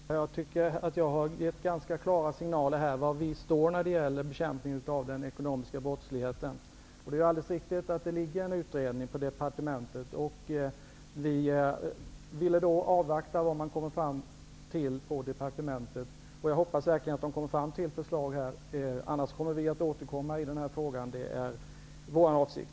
Herr talman! Jag tycker att jag har gett ganska klara signaler om var vi står när det gäller bekämpningen av den ekonomiska brottsligheten. Det är alldeles riktigt att det pågår en utredning i departementet. Vi ville avvakta vad denna kom fram till. Jag hoppas verkligen att utredningen kommer fram till förslag, annars kommer vi att återkomma i den här frågan. Det är vår avsikt.